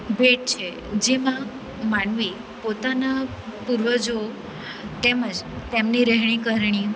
ભેટ છે જેમાં માનવી પોતાના પૂર્વજો તેમજ તેમની રહેણીકરણી